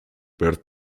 birth